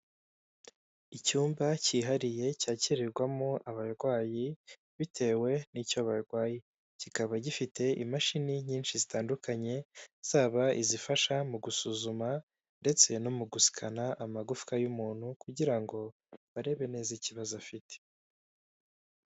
Icyumba cyihariye cyakirirwamo abarwayi bitewe n'icyo barwaye, kikaba gifite imashini nyinshi zitandukanye, zaba izifasha mu gusuzuma ndetse no mu gusikana amagufwa y'umuntu kugira ngo barebe neza ikibazo afite.